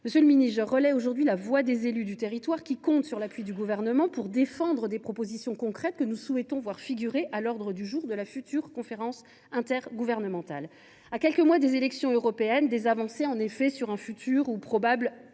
Monsieur le ministre, je relaie la voix des élus du territoire, qui comptent sur l’appui du Gouvernement pour défendre les propositions concrètes que nous souhaitons voir figurer à l’ordre du jour de la future CIG. À quelques mois des élections européennes, des avancées sur un futur ou probable